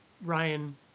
Ryan